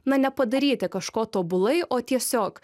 na ne padaryti kažko tobulai o tiesiog